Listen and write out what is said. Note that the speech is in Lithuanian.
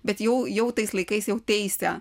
bet jau jau tais laikais jau teisė